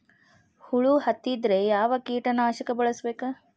ಹುಳು ಹತ್ತಿದ್ರೆ ಯಾವ ಕೇಟನಾಶಕ ಬಳಸಬೇಕ?